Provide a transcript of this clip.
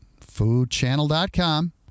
foodchannel.com